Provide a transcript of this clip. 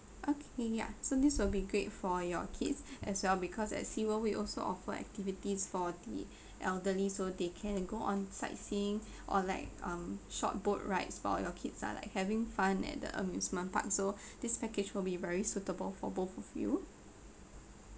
okay ya so this will be great for your kids as well because at sea world we also offer activities for the elderly so they can go on sightseeing or like um short boat rides while your kids are like having fun at the amusement park so this package will be very suitable for both of you